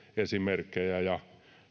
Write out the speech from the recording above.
esimerkkejä ja